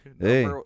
hey